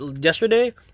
yesterday